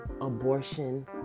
abortion